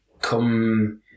come